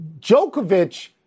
Djokovic